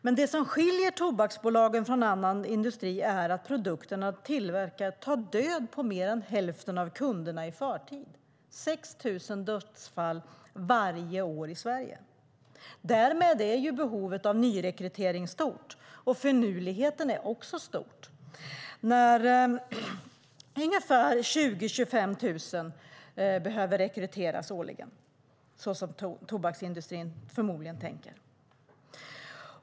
Men det som skiljer tobaksbolagen från annan industri är att produkterna de tillverkar tar död på mer än hälften av kunderna i förtid. Det är 6 000 dödsfall varje år i Sverige. Därmed är behovet av nyrekrytering stort, och finurligheten är också stor när ungefär 20 000-25 000 behöver rekryteras årligen så som tobaksindustrin förmodligen tänker.